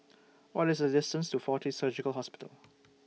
What IS The distance to Fortis Surgical Hospital